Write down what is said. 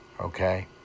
Okay